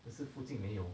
只是附近没有